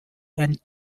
and